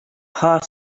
her